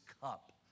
cup